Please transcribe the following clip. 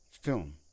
film